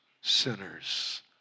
sinners